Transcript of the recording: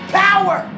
power